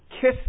kiss